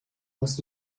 muss